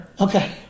Okay